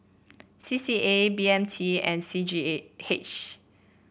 C C A B M T and C G A H